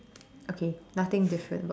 okay nothing different about it